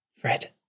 Fred